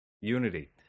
unity